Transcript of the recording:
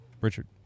Richard